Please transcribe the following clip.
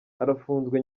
arafunzwe